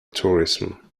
tourism